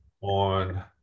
on